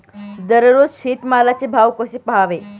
दररोज शेतमालाचे भाव कसे पहावे?